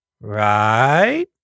right